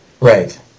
Right